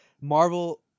Marvel